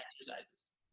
exercises